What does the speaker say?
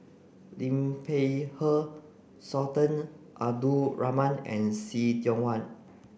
Liu Peihe Sultan Abdul Rahman and See Tiong Wah